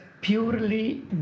purely